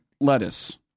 lettuce